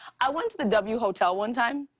i went to the w hotel one time,